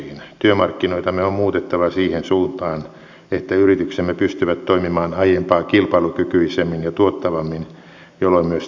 työmarkkinoitamme on muutettava siihen suuntaan että yrityksemme pystyvät toimimaan aiempaa kilpailukykyisemmin ja tuottavammin jolloin myös työllisyys kasvaa